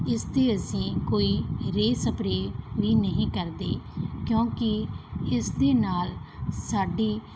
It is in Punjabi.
ਇਸ 'ਤੇ ਅਸੀਂ ਕੋਈ ਰੇਅ ਸਪਰੇਅ ਵੀ ਨਹੀਂ ਕਰਦੇ ਕਿਉਂਕਿ ਇਸ ਦੇ ਨਾਲ ਸਾਡੀ